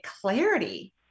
clarity